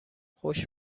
خوش